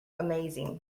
amazing